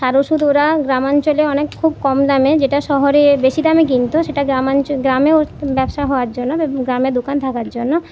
সার ওষুধ ওরা গ্রামাঞ্চলে অনেক খুব কম দামে যেটা শহরে বেশি দামে কিনতো সেটা গ্রামাঞ্চল গ্রামেও ব্যবসা হওয়ার জন্য গ্রামে দোকান থাকার জন্য